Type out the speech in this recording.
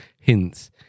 hints